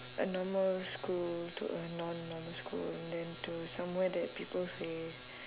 a normal school to a non normal school and then to somewhere that people say